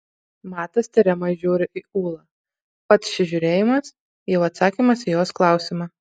matas tiriamai žiūri į ūlą pats šis žiūrėjimas jau atsakymas į jos klausimą